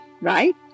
right